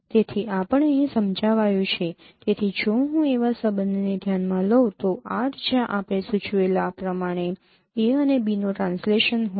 તેથી આ પણ અહીં સમજાવાયું છે તેથી જો હું એવા સંબંધને ધ્યાનમાં લઉં તો 'r' જ્યાં આપણે સૂચવેલા પ્રમાણે a અને b નો ટ્રાન્સલેશન હોય